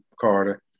carter